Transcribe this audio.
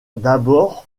d’abord